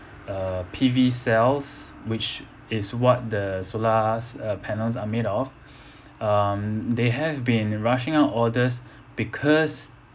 uh P_V cells which is what the solars uh panels are made of um they have been rushing out orders because